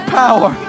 power